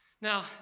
Now